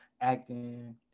Acting